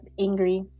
angry